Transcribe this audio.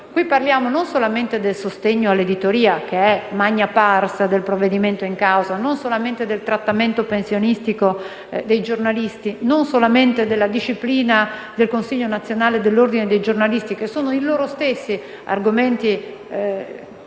Qui parliamo non solamente del sostegno all'editoria, che è *magna pars* del provvedimento in causa, non solamente del trattamento pensionistico dei giornalisti e non solamente della disciplina del consiglio nazionale dell'Ordine dei giornalisti. Questi argomenti potrebbero